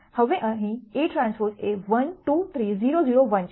હવે Aᵀ અહીં 1 2 3 0 0 1 છે